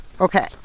Okay